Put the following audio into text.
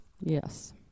Yes